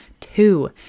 two